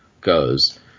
goes